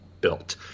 built